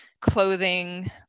clothing